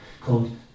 called